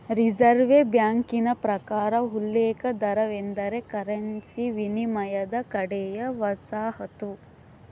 reserve ಬ್ಯಾಂಕಿನ ಪ್ರಕಾರ ಉಲ್ಲೇಖ ದರವೆಂದರೆ ಕರೆನ್ಸಿ ವಿನಿಮಯದ ಕಡೆಯ ವಸಾಹತು